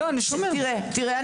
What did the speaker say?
תראה,